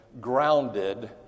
grounded